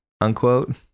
unquote